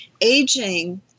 aging